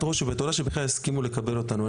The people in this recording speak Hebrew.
ראש ולהגיד תודה שבכלל הסכימו לקבל אותנו.